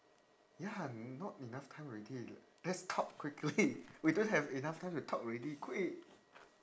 ya not enough time already let's talk quickly we don't have enough time to talk already quick